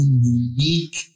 unique